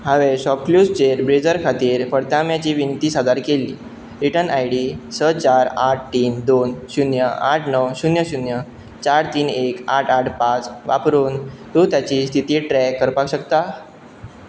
हांवें शॉपक्लूजचेर ब्रेझर खातीर परतम्याची विणती सादर केल्ली रिटर्न आय डी स चार आठ तीन दोन शुन्य आठ णव शुन्य शुन्य चार तीन एक आठ आठ पांच वापरून तूं ताची स्थिती ट्रॅक करपाक शकता